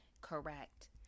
correct